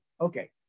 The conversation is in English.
Okay